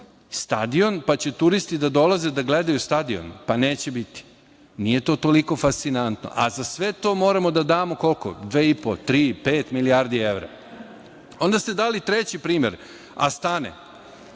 Stadion, pa će turisti da dolaze da gledaju stadion? Pa, neće biti. Nije to toliko fascinantno, a za sve to moramo da damo koliko? Dve i po, tri i pet milijardi evra. Onda ste dali treći primer Astane.